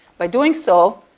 by doing so,